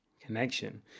connection